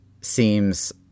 seems